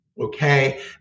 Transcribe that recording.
okay